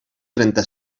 trenta